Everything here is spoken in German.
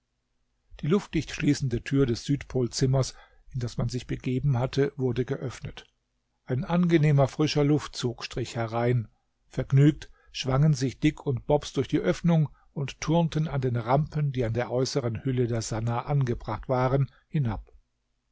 die luftdicht schließende tür des südpolzimmers in das man sich begeben hatte wurde geöffnet ein angenehmer frischer luftzug strich herein vergnügt schwangen sich dick und bobs durch die öffnung und turnten an den rampen die an der äußeren hülle der sannah angebracht waren hinab